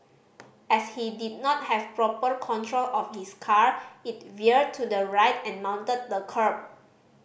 as he did not have proper control of his car it veered to the right and mounted the kerb